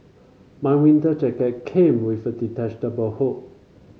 my winter jacket came with a detachable hood